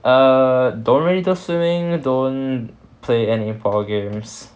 err don't really do swimming don't play any power games